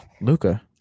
Luca